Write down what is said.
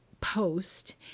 post